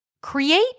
Create